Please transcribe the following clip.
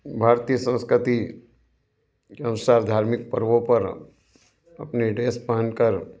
भारतीय संस्कृति के अनुसार धार्मिक पर्वों पर अपने ड्रेस पहनकर